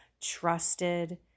trusted